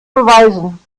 beweisen